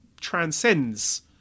transcends